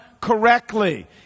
correctly